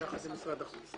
ביחד עם משרד החוץ.